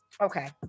okay